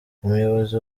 umuyobozi